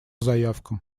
заявкам